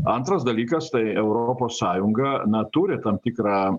antras dalykas tai europos sąjunga na turi tam tikrą